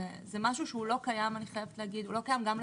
זה לא קיים גם לשוטרים.